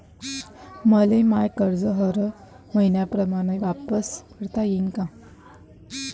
मले माय कर्ज हर मईन्याप्रमाणं वापिस करता येईन का?